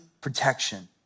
protection